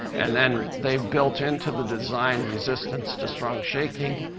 and then they've built into the design resistance to strong shaking,